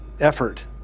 effort